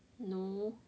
no